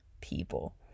people